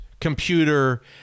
computer